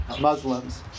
Muslims